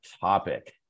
topic